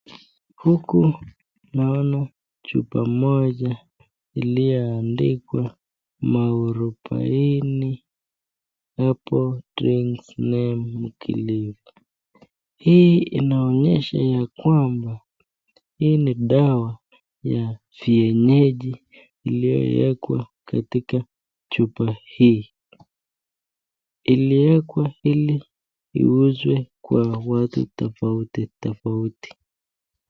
Huku naona chupa moja iliyoandika muarubaine hapo, hii inaonyesha ya kwamba hii ni dawa ya vienyeji iliyowekwa kwa chupa hii. Iliwekwa ili iweze kuuzwa kwa watu tofauti tofauti.